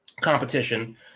competition